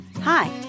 Hi